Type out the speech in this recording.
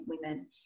women